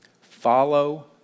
Follow